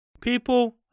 People